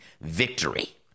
victory